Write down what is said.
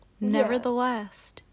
Nevertheless